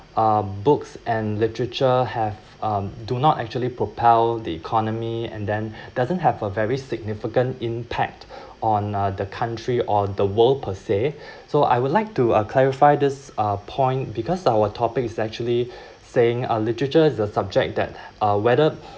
uh books and literature have um do not actually propel the economy and then doesn't have a very significant impact on uh the country or the world per se so I would like to clarify this uh point because our topic is actually saying uh literature is the subject that uh whether